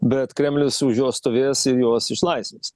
bet kremlius už juos stovės ir juos išlaisvins